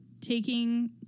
taking